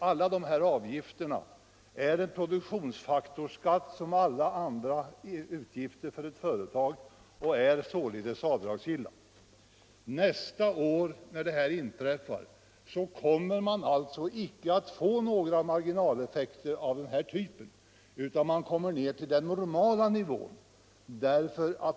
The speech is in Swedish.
Alla de avgifter det gäller är som alla andra i vad avser ett företag en produktionsfaktorsskatt och är således avdragsgilla. Nästa år detta inträffar kommer man alltså icke att få några marginaleffekter av denna typ utan kommer ned på den normala nivån.